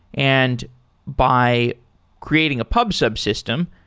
and by creating a pub so pub system,